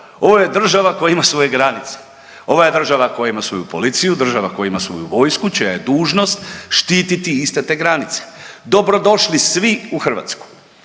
Ovo je država koja ima svoje granice. Ovo je država koja ima svoju policiju, država koja ima svoju vojsku će dužnost štiti iste te granice. Dobrodošli svi u Hrvatsku,